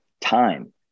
time